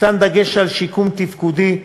ניתן דגש על שיקום תפקודי,